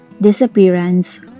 disappearance